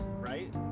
Right